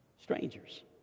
Strangers